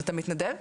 אתה מתנדב?